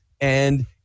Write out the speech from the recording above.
and-